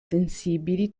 sensibili